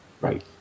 Right